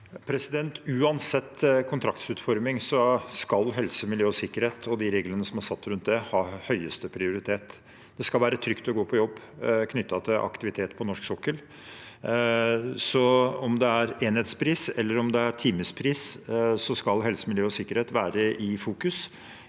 Uansett kon- traktsutforming skal helse, miljø og sikkerhet og de reglene som er satt rundt det, ha høyeste prioritet. Det skal være trygt å gå på jobb knyttet til aktivitet på norsk sokkel. Om det er enhetspris eller timepris, skal helse, miljø og sikkerhet være i fokus,